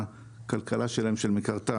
והכלכלה שלהם שמקרטעת.